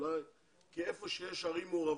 היכן שיש ערים מעורבות,